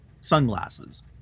sunglasses